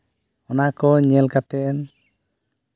ᱚᱱᱟ ᱠᱚ ᱧᱮᱞ ᱠᱟᱛᱮᱫ